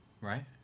right